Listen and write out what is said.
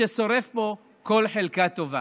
ששורף פה כל חלקה טובה.